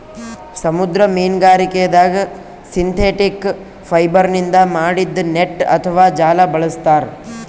ಸಮುದ್ರ ಮೀನ್ಗಾರಿಕೆದಾಗ್ ಸಿಂಥೆಟಿಕ್ ಫೈಬರ್ನಿಂದ್ ಮಾಡಿದ್ದ್ ನೆಟ್ಟ್ ಅಥವಾ ಜಾಲ ಬಳಸ್ತಾರ್